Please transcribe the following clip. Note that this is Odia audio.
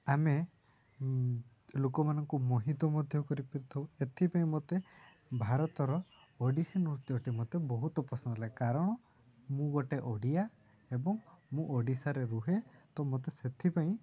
ଆମେ ଲୋକମାନଙ୍କୁ ମୋହିତ ମଧ୍ୟ କରିପାରିଥାଉ ଏଥିପାଇଁ ମୋତେ ଭାରତର ଓଡ଼ିଶୀ ନୃତ୍ୟଟି ମୋତେ ବହୁତ ପସନ୍ଦ ଲାଗେ କାରଣ ମୁଁ ଗୋଟେ ଓଡ଼ିଆ ଏବଂ ମୁଁ ଓଡ଼ିଶାରେ ରୁହେ ତ ମୋତେ ସେଥିପାଇଁ